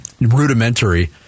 rudimentary